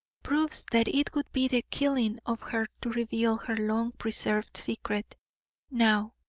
proves that it would be the killing of her to reveal her long-preserved secret now.